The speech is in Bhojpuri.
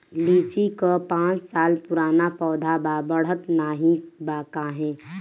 लीची क पांच साल पुराना पौधा बा बढ़त नाहीं बा काहे?